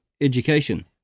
education